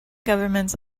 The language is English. governments